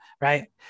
Right